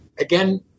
Again